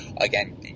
again